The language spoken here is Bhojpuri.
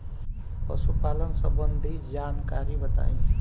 पशुपालन सबंधी जानकारी बताई?